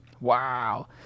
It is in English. Wow